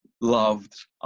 loved